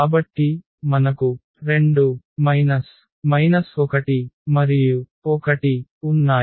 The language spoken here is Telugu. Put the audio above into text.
కాబట్టి మనకు 2 1 మరియు 1 ఉన్నాయి